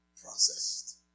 processed